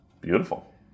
Beautiful